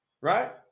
right